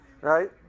Right